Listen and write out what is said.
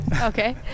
Okay